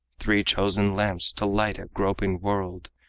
three chosen lamps to light a groping world,